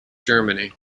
germany